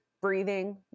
breathing